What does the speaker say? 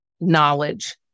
knowledge